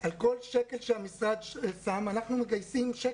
על כל שקל שהמשרד משקיע אנחנו מגייסים שקל,